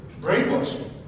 brainwashing